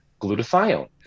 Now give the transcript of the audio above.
glutathione